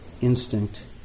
instinct